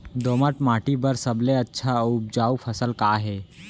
दोमट माटी बर सबले अच्छा अऊ उपजाऊ फसल का हे?